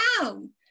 down